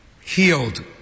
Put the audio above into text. healed